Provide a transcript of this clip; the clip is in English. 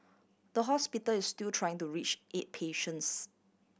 the hospital is still trying to reach eight patients